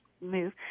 move